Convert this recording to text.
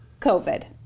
COVID